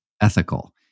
ethical